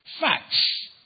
facts